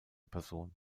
person